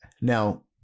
Now